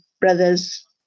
brother's